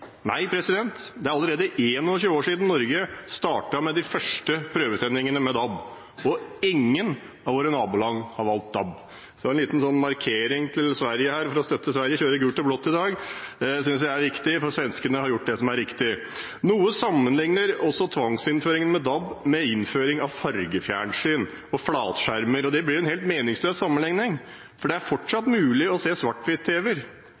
Nei, det er allerede 21 år siden Norge startet med de første prøvesendingene med DAB, og ingen av våre naboland har valgt DAB. Så en liten markering for å støtte Sverige, ved å kle meg i gult og blått i dag, synes jeg er riktig, for svenskene har gjort det som er riktig. Noen sammenligner tvangsinnføringen av DAB med innføringen av fargefjernsyn og flatskjermer. Det blir en helt meningsløs sammenligning, for det